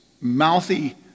mouthy